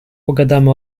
pogadamy